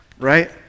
right